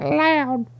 loud